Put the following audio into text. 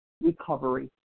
recovery